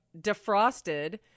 defrosted